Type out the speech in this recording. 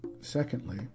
Secondly